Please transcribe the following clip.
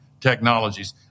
technologies